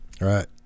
Right